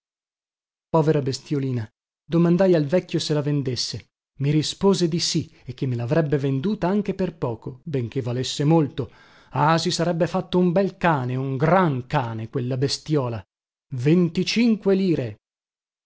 povera bestiolina domandai al vecchio se la vendesse i rispose di sì e che me lavrebbe venduta anche per poco benché valesse molto ah si sarebbe fatto un bel cane un gran cane quella bestiola venticinque lire